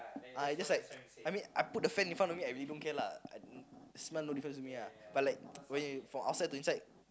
ah I just like I mean I put the fan in front of me I really don't care ah I smell no difference to me ah but like when outside to inside